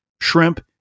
shrimp